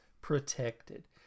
protected